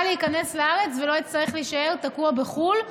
להיכנס לארץ ולא יצטרך להישאר תקוע בחו"ל.